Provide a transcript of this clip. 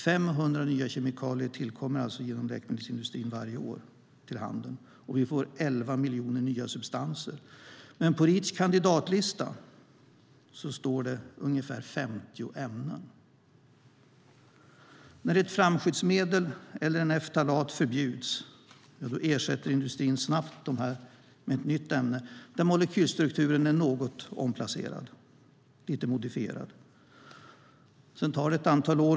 500 nya kemikalier tillkommer genom läkemedelsindustrin i handeln varje år, och vi får elva miljoner nya substanser. Men på Reachs kandidatlista står ungefär 50 ämnen. När ett flamskyddsmedel eller en ftalat förbjuds ersätter industrin snabbt detta ämne med ett nytt ämne där molekylstrukturen är något modifierad. Sedan tar det ett antal år.